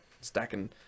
stacking